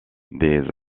des